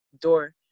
door